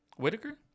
Whitaker